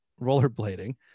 rollerblading